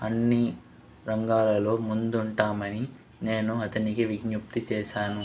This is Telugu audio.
అన్ని రంగాలలో ముందుంటామని నేను అతనికి విజ్ఞప్తి చేశాను